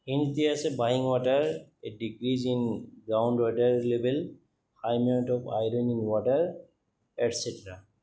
দিয়া আছে বহিং water eight degrees in ground water level of iron water etcetera